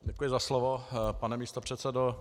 Děkuji za slovo, pane místopředsedo.